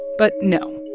but no,